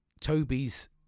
Toby's